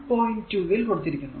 2 ൽ കൊടുത്തിരിക്കുന്നത്